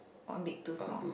one big two small